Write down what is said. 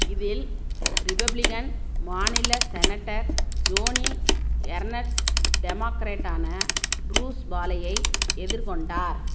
இதில் ரிபப்ளிகன் மாநில senator Joni Ernst டெமாக்ரேட்டான ப்ரூஸ் பாலேயை எதிர்கொண்டார்